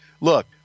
look